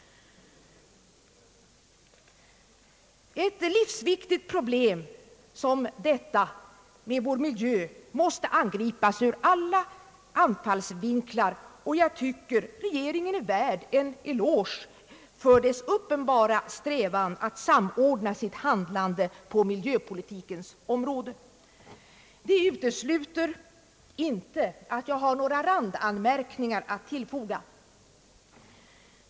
Ett livsviktigt problem som detta med vår miljö måste angripas ur alla anfallsvinklar, och jag tycker att regeringen är värd en eloge för dess uppenbara strävan att samordna sitt handlande på miljöpolitikens område. Det utesluter inte att jag har några randanmärkningar att tillfoga.